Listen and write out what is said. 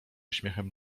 uśmiechem